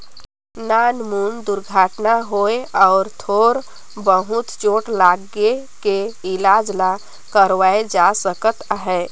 नानमुन दुरघटना होए अउ थोर बहुत चोट लागे के इलाज ल करवाए जा सकत हे